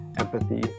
empathy